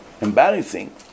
Embarrassing